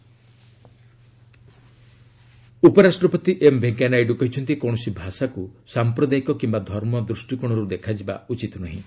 VP AOIC Nagpur ଉପରାଷ୍ଟ୍ରପତି M Venkaiah Naidu କହିଛନ୍ତି କୌଣସି ଭାଷାକୁ ସାମ୍ପ୍ରଦାୟିକ କିମ୍ବା ଧର୍ମ ଦୃଷ୍ଟିକୋଣରୁ ଦେଖାଯିବା ଉଚିତ୍ ନୁହେଁ